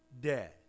dead